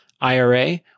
IRA